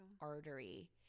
artery